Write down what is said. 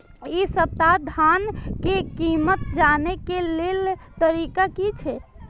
इ सप्ताह धान के कीमत जाने के लेल तरीका की छे?